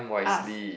us